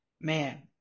man